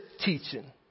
teaching